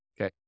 okay